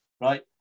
right